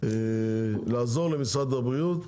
לעזור למשרד הבריאות,